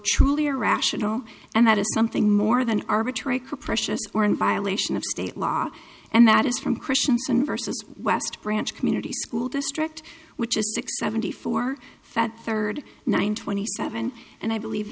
truly irrational and that a something more than arbitrary capricious were in violation of state law and that is from christianson versus west branch community school district which is six seventy four fed third nine twenty seven and i believe